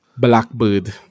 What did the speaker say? Blackbird